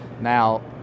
Now